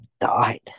died